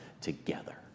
together